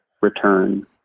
return